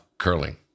curling